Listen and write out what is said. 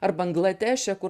ar bangladeše kur